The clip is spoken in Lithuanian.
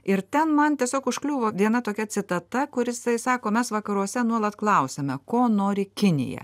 ir ten man tiesiog užkliuvo viena tokia citata kur jisai sako mes vakaruose nuolat klausiame ko nori kinija